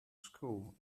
school